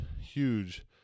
huge